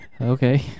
Okay